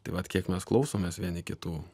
tai vat kiek mes klausomės vieni kitų